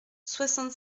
soixante